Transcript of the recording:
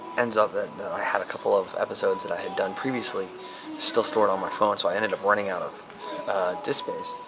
ends up that i had a couple of episodes that i had done previously still stored on my phone, so i ended up running out of disk space.